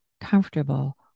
comfortable